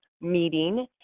meeting